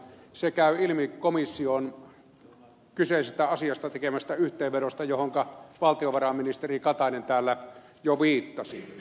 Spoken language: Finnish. se käy ilmi komission kyseisestä asiasta tekemästä yhteenvedosta johonka valtiovarainministeri katainen täällä jo viittasi